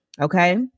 okay